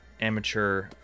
amateur